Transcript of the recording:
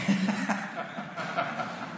הבעיה היא שהיא מנצחת את הקבוצה הלא-נכונה.